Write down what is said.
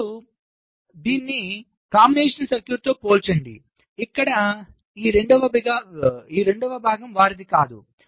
మీరు దీన్ని కాంబినేషన్ సర్క్యూట్తో పోల్చండి ఇక్కడ ఈ రెండవ భాగం వారిది కాదు